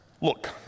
look